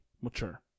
mature